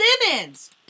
Simmons